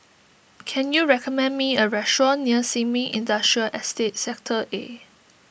can you recommend me a restaurant near Sin Ming Industrial Estate Sector A